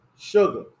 sugar